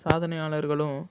சாதனையாளர்களும்